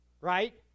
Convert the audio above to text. Right